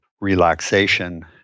relaxation